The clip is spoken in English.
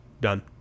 done